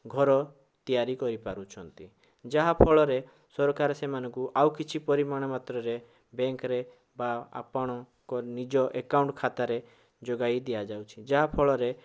ଘର ତିଆରି କରିପାରୁଛନ୍ତି ଯାହା ଫଳରେ ସରକାର ସେମାନଙ୍କୁ ଆଉକିଛି ପରିମାଣ ମାତ୍ରାରେ ବେଙ୍କ୍ରେ ବା ଆପଣଙ୍କ ନିଜ ଏକାଉଣ୍ଟ୍ ଖାତାରେ ଯୋଗାଇ ଦିଆଯାଉଛି ଯାହା ଫଳରେ